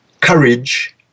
courage